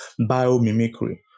biomimicry